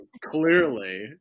clearly